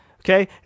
okay